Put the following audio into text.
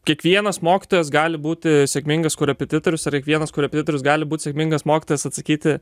kiekvienas mokytojas gali būti sėkmingas korepetitorius ir kiekvienas korepetitorius gali būti sėkmingas mokytojas atsakyti